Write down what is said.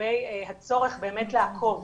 לגבי הצורך באמת לעקוב